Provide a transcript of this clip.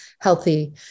healthy